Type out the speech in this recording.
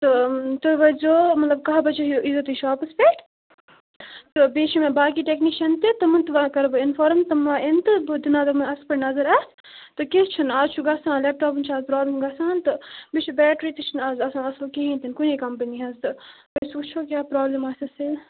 تہٕ تُہۍ وٲتۍ زیو مطلب کاہ بَجے اِیٖزیٚو تُہۍ شاپَس پٮ۪ٹھ تہٕ بیٚیہِ چھِ مےٚ باقٕے ٹیکنِشَن تہِ تمَن تہِ وا کَرٕ بہٕ اِنفارم تم اِن تہٕ بہٕ دِناوٕنۍ اَصٕل پٲٹھۍ نَظر اَتھ تہٕ کیٚنٛہہ چھُنہٕ اَز چھُ گژھان لیپٹاپَن چھُ آز پرٛابلِم گژھان تہٕ مےٚ چھُ بیٹری تہِ چھِنہٕ اَز آسان اَصٕل کِہیٖنۍ تہِ نہٕ کُنی کَمپٔنی حظ تہٕ أسۍ وٕچھو کیٛاہ پرٛابلِم آسِیَس تِیَلۍ